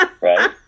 right